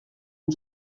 and